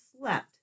slept